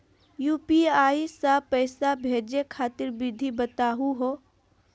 UPI स पैसा भेजै खातिर विधि बताहु हो?